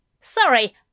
Sorry